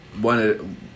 one